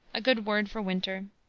a good word for winter,